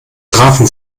trafen